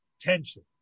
tension